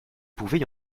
pouvait